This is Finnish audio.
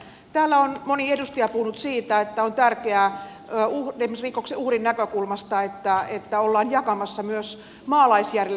täällä on moni edustaja puhunut siitä että on tärkeää esimerkiksi rikoksen uhrin näkökulmasta että ollaan jakamassa myös maalaisjärjellä tuomioita